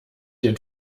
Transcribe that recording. den